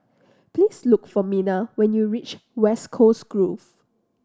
please look for Minna when you reach West Coast Grove